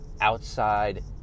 outside